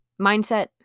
mindset